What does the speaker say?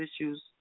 issues